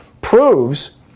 proves